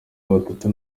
batatu